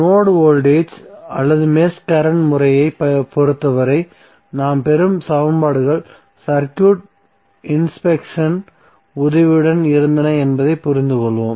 note voltage அல்லது mesh current முறையைப் பொறுத்தவரை நாம் பெறும் சமன்பாடுகள் சர்க்யூட் இன்ஸ்பெக்ஸனின் உதவியுடன் இருந்தன என்பதைப் புரிந்துகொள்வோம்